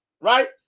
right